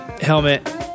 Helmet